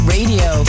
Radio